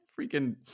freaking